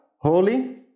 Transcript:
Holy